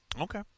Okay